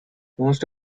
most